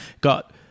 got